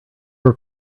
were